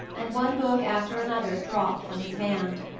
and one book after another dropped from his hand.